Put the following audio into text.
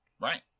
Right